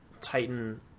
Titan